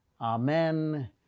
Amen